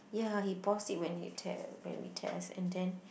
ya he paused it when he tear when we test and then